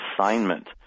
assignment